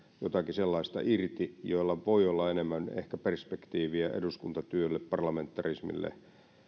jotakin sellaista irti jossa voi olla ehkä enemmän perspektiiviä eduskuntatyöhön parlamentarismiin